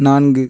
நான்கு